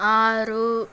ఆరు